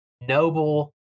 noble